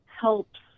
helps